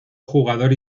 jugador